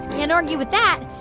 and argue with that.